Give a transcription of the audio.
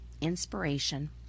inspiration